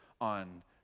On